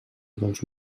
dels